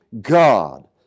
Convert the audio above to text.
God